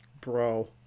bro